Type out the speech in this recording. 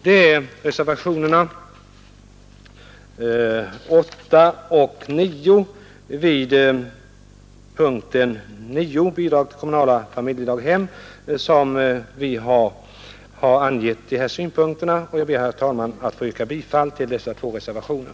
Det är i reservationerna 8 och 9 vid punkten 9, ”Bidrag till kommunala familjedaghem”, vi framfört de här synpunkterna. Jag ber, herr talman, att få yrka bifall till dessa två reservationer.